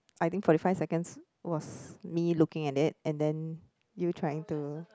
I think forty five seconds was me looking at it and then you trying to